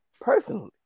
personally